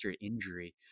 injury